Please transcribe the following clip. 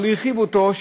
אבל הרחיבו אותו,